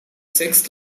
sixth